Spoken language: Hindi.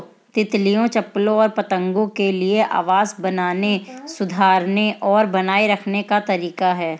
तितलियों, चप्पलों और पतंगों के लिए आवास बनाने, सुधारने और बनाए रखने का तरीका है